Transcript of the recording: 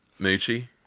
Moochie